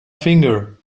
finger